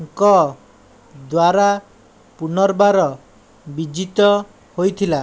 ଙ୍କ ଦ୍ୱାରା ପୁନର୍ବାର ବିଜିତ ହୋଇଥିଲା